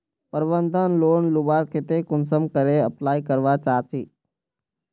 प्रबंधन लोन लुबार केते कुंसम करे अप्लाई करवा चाँ चची?